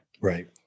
right